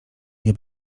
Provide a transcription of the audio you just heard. nie